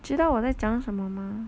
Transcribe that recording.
知道我在讲什么吗